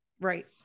right